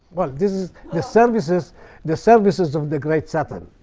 well, this is the services the services of the great satan.